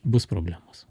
bus problemos